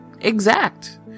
exact